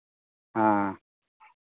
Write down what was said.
हँ